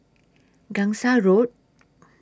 Gangsa Road